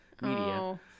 media